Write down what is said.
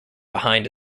behind